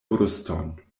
bruston